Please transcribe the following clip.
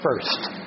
first